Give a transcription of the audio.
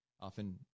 often